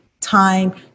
time